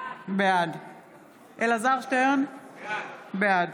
בעד אלעזר שטרן, בעד